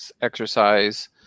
exercise